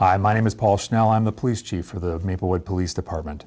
hi my name is paul snell i'm the police chief for the maplewood police department